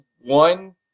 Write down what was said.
one